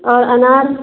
और अनार